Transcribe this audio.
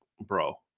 bro